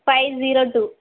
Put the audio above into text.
five zero two